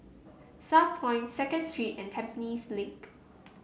Southpoint Second Street and Tampines Link